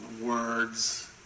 words